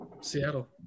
Seattle